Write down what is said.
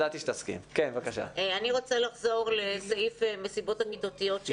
אני רוצה לחזור לסעיף המסיבות הכיתתיות שנעלם.